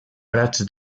prats